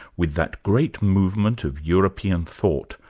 with that great movement of european thought,